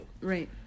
Right